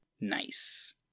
Nice